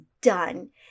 done